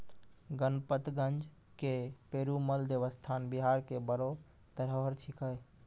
गणपतगंज के पेरूमल देवस्थान बिहार के बड़ो धरोहर छिकै